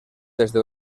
desde